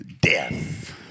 death